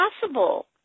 possible